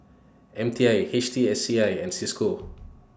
M T I H T S C I and CISCO